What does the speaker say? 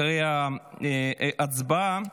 אחרי ההצבעה.